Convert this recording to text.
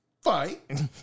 fight